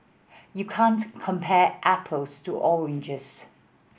you can't compare apples to oranges